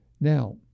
Now